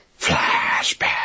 flashback